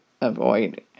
avoid